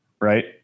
right